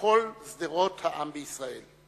מכל שדרות העם בישראל.